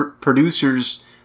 producers